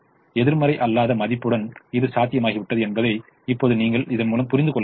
எதிர்மறை அல்லாத மதிப்புடன் இது சாத்தியமாகிவிட்டது என்பதை இப்போது நீங்கள் இதன்முலம் புரிந்து கொள்ளமுடியும்